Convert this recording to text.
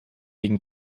gegen